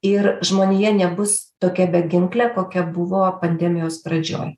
ir žmonija nebus tokia beginklė kokia buvo pandemijos pradžioj